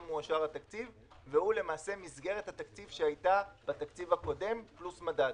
לא מאושר והוא למעשה מסגרת התקציב שהייתה בתקציב הקודם פלוס מדד.